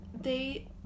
They-